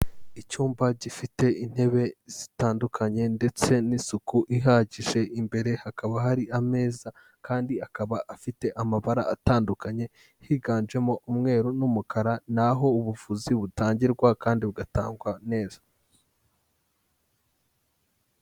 Icyumba gifite intebe zitandukanye ndetse n'isuku ihagije, imbere hakaba hari ameza kandi akaba afite amabara atandukanye, higanjemo umweru n'umukara n'aho ubuvuzi butangirwa kandi bugatangwa neza.